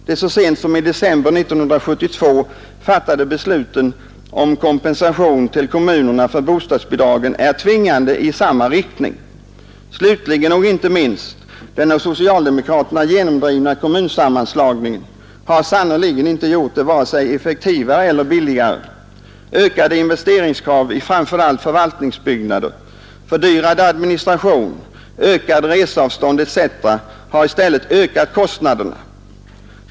Det så sent som i december 1971 fattade beslutet om kompensation till kommunerna för bostadsbidragen är tvingande i samma riktning. Slutligen och inte minst: den av socialdemokraterna genomdrivna kommunsammanslagningen har sannerligen inte gjort det vare sig effektivare eller billigare. Ökade investeringskrav i framför allt förvaltningsbyggnader, fördyrad administration, ökade reseavstånd etc. har i stället ökat kostnaderna.